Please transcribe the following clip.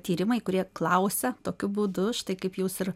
tyrimai kurie klausia tokiu būdu štai kaip jūs ir